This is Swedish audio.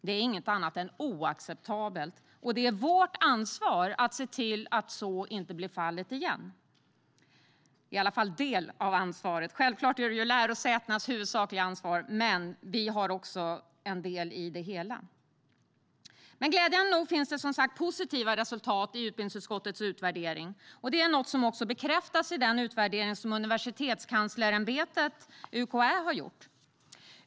Det är inget annat än oacceptabelt, och det är vårt ansvar att se till att så inte blir fallet igen. Vi har i alla fall en del av ansvaret. Självklart är det i huvudsak lärosätenas ansvar, men vi har också en del i det hela. Glädjande nog finns det som sagt positiva resultat i utbildningsutskottets utvärdering. Det är något som också bekräftas i den utvärdering som Universitetskanslersämbetet, UKÄ, har gjort.